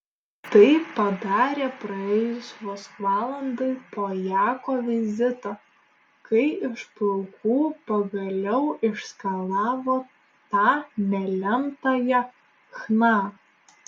tai padarė praėjus vos valandai po jako vizito kai iš plaukų pagaliau išskalavo tą nelemtąją chna